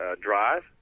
drive